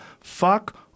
Fuck